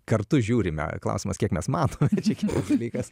kartu žiūrime klausimas kiek mes matom tai čia kitas dalykas